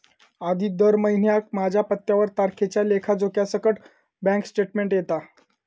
आधी दर महिन्याक माझ्या पत्त्यावर तारखेच्या लेखा जोख्यासकट बॅन्क स्टेटमेंट येता